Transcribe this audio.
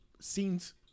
scenes